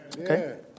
Okay